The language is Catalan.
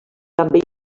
també